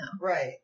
Right